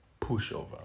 pushover